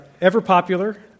ever-popular